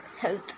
health